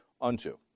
unto